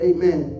Amen